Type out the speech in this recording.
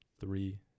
Three